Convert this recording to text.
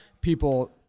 people